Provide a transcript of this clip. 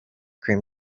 cream